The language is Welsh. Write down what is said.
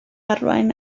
arwain